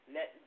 Let